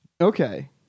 Okay